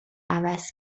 عوض